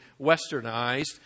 westernized